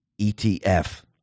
ETF